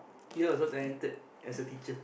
you are also talented as a teacher